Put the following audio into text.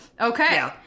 Okay